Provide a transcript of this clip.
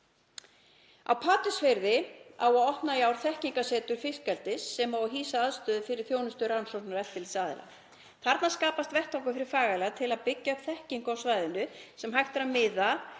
Á Patreksfirði á að opna í ár þekkingarsetur fiskeldis sem á að hýsa aðstöðu fyrir þjónustu rannsóknar- og eftirlitsaðila. Þarna skapast vettvangur fyrir fagaðila til að byggja upp þekkingu á svæðinu sem hægt er að miðla